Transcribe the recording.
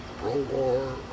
pro-war